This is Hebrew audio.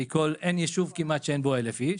כי כמעט אין יישוב שאין בו 1,000 איש.